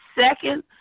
second